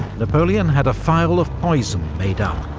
napoleon had a phial of poison made up,